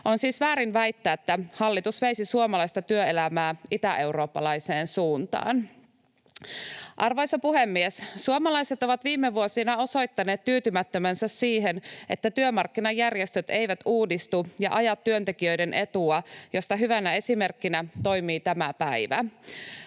On siis väärin väittää, että hallitus veisi suomalaista työelämää itäeurooppalaiseen suuntaan. Arvoisa puhemies! Suomalaiset ovat viime vuosina osoittaneet tyytymättömyytensä siihen, että työmarkkinajärjestöt eivät uudistu ja aja työntekijöiden etua, mistä hyvänä esimerkkinä toimii tämä päivä.